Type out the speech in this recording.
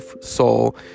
Soul